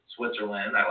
Switzerland